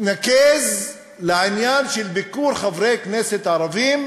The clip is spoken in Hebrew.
מתנקז לעניין של ביקור חברי כנסת ערבים